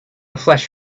flash